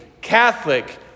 Catholic